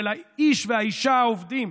של האיש והאישה העובדים,